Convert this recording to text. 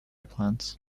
plants